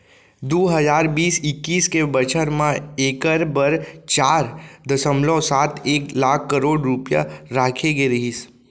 दू हजार बीस इक्कीस के बछर म एकर बर चार दसमलव सात एक लाख करोड़ रूपया राखे गे रहिस